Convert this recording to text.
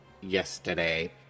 yesterday